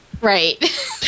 Right